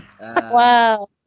Wow